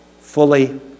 fully